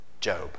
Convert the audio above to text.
Job